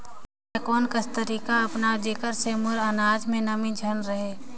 मैं कोन कस तरीका अपनाओं जेकर से मोर अनाज म नमी झन रहे?